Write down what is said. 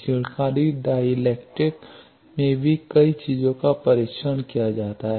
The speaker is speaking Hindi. क्षीणकारी डाइलेक्ट्रिक्स में भी कई चीजों का परीक्षण किया जाता है